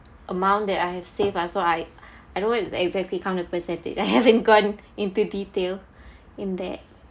amount that I have saved ah so I I don't exactly count the percentage I haven't gone into detail in that